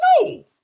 No